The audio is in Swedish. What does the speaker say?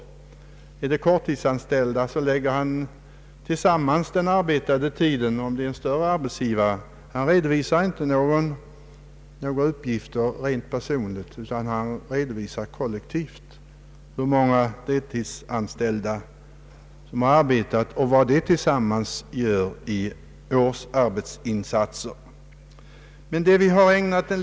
Gäller det korttidsanställda lägger han tillsammans den arbetade tiden utan att redovisa några personliga uppgifter för var och en; redovisning sker rent kollektivt av antalet deltidsanställda och vad de tillsammans tjänat under ett år.